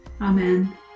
Amen